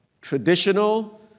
traditional